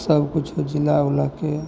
सबकिछुके जिला उलाके